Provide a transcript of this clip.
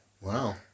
Wow